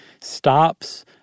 stops